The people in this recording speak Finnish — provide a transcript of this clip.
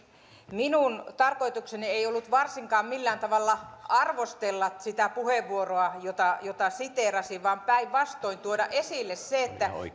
minun tarkoitukseni ei varsinkaan ollut millään tavalla arvostella sitä puheenvuoroa jota jota siteerasin vaan päinvastoin tuoda esille se